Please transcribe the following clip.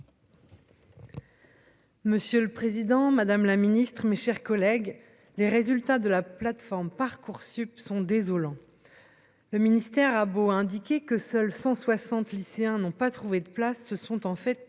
Monsieur le Président, Madame la Ministre, mes chers collègues, les résultats de la plateforme Parcoursup sont désolant, le ministère a beau indiquer que seuls 160 lycéens n'ont pas trouvé de place ce sont en fait